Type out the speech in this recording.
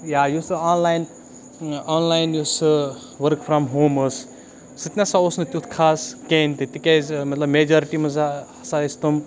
یا یُس سُہ آنلاین آنلاین یُس سُہ ؤرٕک فرٛام ہوم ٲس سُہ تہِ نہ سا اوس نہٕ تیُتھ خاص کِہیٖنۍ تہِ تِکیٛازِ مطلب میجَرٹی منٛز ہَسا ٲسۍ تِم